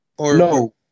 No